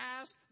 ask